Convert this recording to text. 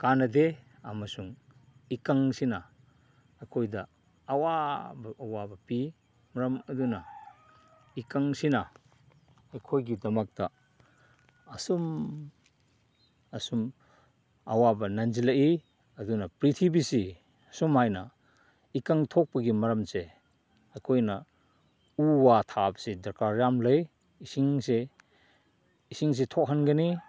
ꯀꯥꯅꯗꯦ ꯑꯃꯁꯨꯡ ꯏꯀꯪꯁꯤꯅ ꯑꯩꯈꯣꯏꯗ ꯑꯋꯥꯕ ꯑꯋꯥꯕ ꯄꯤ ꯃꯔꯝ ꯑꯗꯨꯅ ꯏꯀꯪꯁꯤꯅ ꯑꯩꯈꯣꯏꯒꯤꯗꯃꯛꯇ ꯑꯁꯨꯝ ꯑꯁꯨꯝ ꯑꯋꯥꯕ ꯅꯟꯁꯤꯜꯂꯛꯏ ꯑꯗꯨꯅ ꯄ꯭ꯔꯤꯊꯤꯕꯤꯁꯤ ꯑꯁꯨꯃꯥꯏꯅ ꯏꯀꯪ ꯊꯣꯛꯄꯒꯤ ꯃꯔꯝꯁꯦ ꯑꯩꯈꯣꯏꯅ ꯎ ꯋꯥ ꯊꯥꯕꯁꯦ ꯗꯔꯀꯥꯔ ꯌꯥꯝ ꯂꯩ ꯏꯁꯤꯡꯁꯦ ꯏꯁꯤꯡꯁꯦ ꯊꯣꯛꯍꯟꯒꯅꯤ